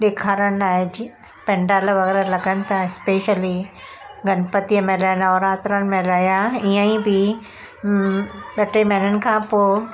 ॾेखारींदा अॼु पंडाल वारा लॻनि पिया स्पेशली गणपतीअ महिल नवरात्रनि महिल या ईअं ई बि ॿ टे महीननि खां पोइ